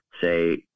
say